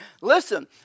listen